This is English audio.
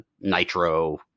nitro